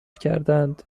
کردند